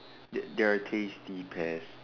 they they are tasty pests